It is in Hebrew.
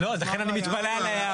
לא, אז לכן אני מתפלא על ההערה.